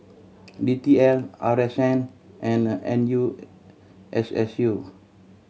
D T L R S N and N U S S U